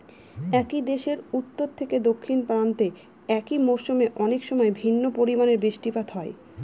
একই দেশের উত্তর থেকে দক্ষিণ প্রান্তে একই মরশুমে অনেকসময় ভিন্ন পরিমানের বৃষ্টিপাত হয়